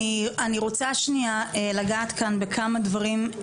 אני רוצה שנייה לגעת כאן בכמה דברים.